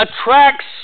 attracts